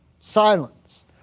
Silence